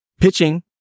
pitching